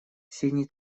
синий